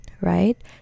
right